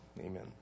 Amen